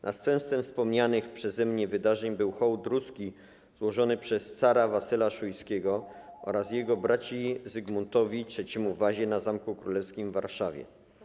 Następstwem wspomnianych przeze mnie wydarzeń był hołd ruski złożony przez cara Wasyla Szujskiego oraz jego braci Zygmuntowi III Wazie na Zamku Królewskim w Warszawie.